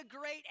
great